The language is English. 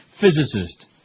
physicist